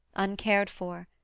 uncared for,